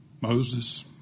Moses